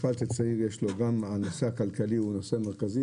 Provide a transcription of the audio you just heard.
לצעיר יש את הנושא הכלכלי זה הנושא המרכזי,